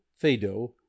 Phaedo